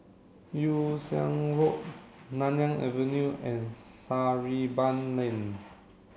Yew Siang Road Nanyang Avenue and Sarimbun Lane